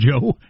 Joe